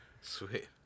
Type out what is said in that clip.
Sweet